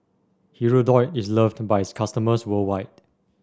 Hirudoid is loved by its customers worldwide